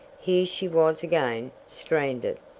here she was again stranded!